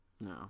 no